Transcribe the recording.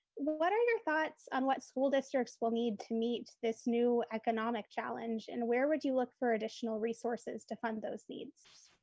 what what are your thoughts on what school districts will need to meet this new economic challenge? and where would you look for additional resources to fund those needs?